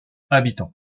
habitants